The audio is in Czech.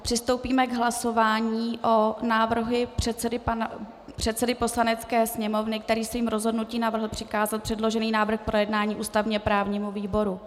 Přistoupíme k hlasování o návrhu předsedy Poslanecké sněmovny, který svým rozhodnutím navrhl přikázat předložený návrh k projednání ústavněprávnímu výboru.